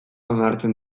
onartzen